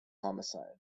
homicide